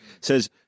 says